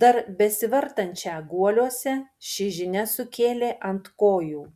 dar besivartančią guoliuose ši žinia sukėlė ant kojų